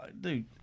Dude